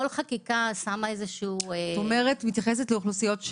את מתייחסת לאוכלוסיות,